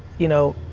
you know,